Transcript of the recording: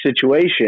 situation